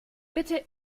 bitte